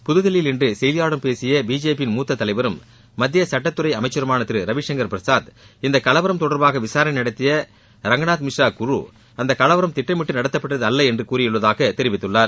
புதுதில்லியில் இன்று செய்தியாளர்களிடம் பேசிய பிஜேபியின் மூத்த தளைவரும் மத்திய சட்டத்துறை அமைச்சருமான திரு ரவிசங்கர் பிரசாத் இந்த கலவரம் தொடர்பாக விசாரணை நடத்திய ரங்கநாத் மிஸ்ரா குழு அந்த கலவரம் திட்டமிட்டு நடத்தப்பட்டது அல்ல என்று கூறியுள்ளதாக தெரிவித்துள்ளார்